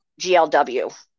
GLW